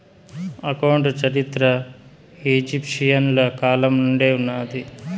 account చరిత్ర ఈజిప్షియన్ల కాలం నుండే ఉన్నాది